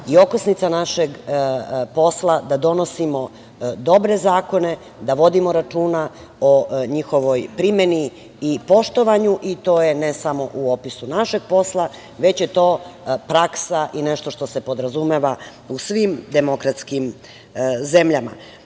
i okosnica našeg posla, da donosimo dobre zakona, da vodimo računa o njihovoj primeni i poštovanju i to je ne samo u opisu našeg posla, već je to praksa i nešto što se podrazumeva u svim demokratskim